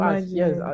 Yes